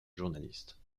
journaliste